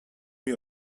mir